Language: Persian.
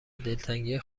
دلتنگی